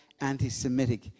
anti-Semitic